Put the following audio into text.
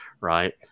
Right